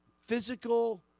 physical